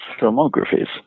filmographies